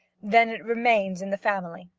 then it remains in the family,